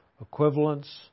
equivalence